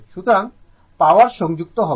সুতরাং পাওয়ার সংযুক্ত হবে